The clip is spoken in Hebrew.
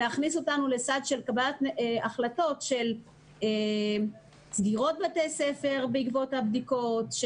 זה מכניס אותנו לסד של קבלת החלטות לגבי סגירת בתי ספר בעקבות הבדיקות,